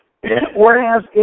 Whereas